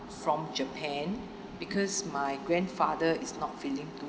from japan because my grandfather is not feeling too